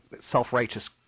self-righteous